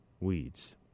Weeds